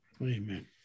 Amen